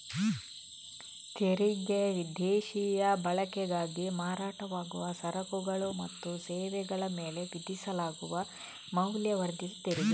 ತೆರಿಗೆ ದೇಶೀಯ ಬಳಕೆಗಾಗಿ ಮಾರಾಟವಾಗುವ ಸರಕುಗಳು ಮತ್ತು ಸೇವೆಗಳ ಮೇಲೆ ವಿಧಿಸಲಾಗುವ ಮೌಲ್ಯವರ್ಧಿತ ತೆರಿಗೆ